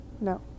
No